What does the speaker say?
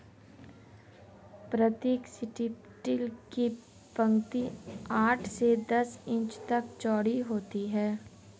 प्रतीक strip till की पंक्ति आठ से दस इंच तक चौड़ी होती है